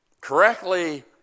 Correctly